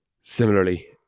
Similarly